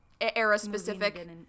era-specific